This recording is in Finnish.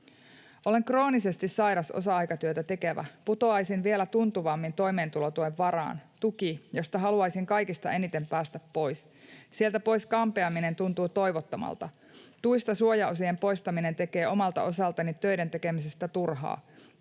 ”Olen kroonisesti sairas osa-aikatyötä tekevä. Putoaisin vielä tuntuvammin toimeentulotuen varaan — tuki, josta haluaisin kaikista eniten päästä pois. Sieltä pois kampeaminen tuntuu toivottomalta. Tuista suojaosien poistaminen tekee omalta osaltani töiden tekemisestä turhaa.